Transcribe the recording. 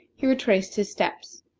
he retraced his steps,